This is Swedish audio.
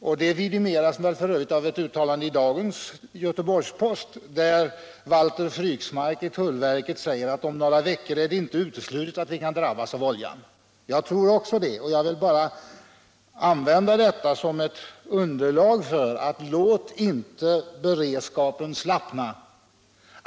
Och det vidimeras väl f. ö. av ett uttalande i dagens Göteborgs-Posten där Valter Fryksmark i tullverket säger: ”> Om några veckor är det inte uteslutet att vi kan drabbas av oljan.” Jag tror också det, och jag vill bara använda detta som ett underlag för att säga: Låt inte beredskapen slappna.